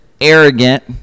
arrogant